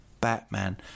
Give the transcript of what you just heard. Batman